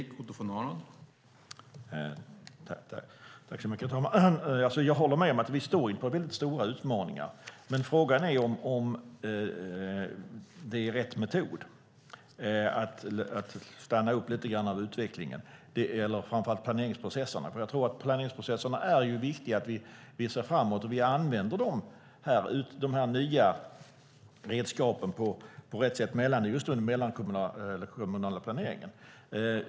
Herr talman! Jag håller med om att vi står inför väldigt stora utmaningar. Men frågan är om det är rätt metod att stanna upp utvecklingen, eller framför allt planeringsprocesserna, för jag tror att det är viktigt att vi ser framåt i planeringsprocesserna och använder de nya redskapen på rätt sätt just i den mellankommunala planeringen.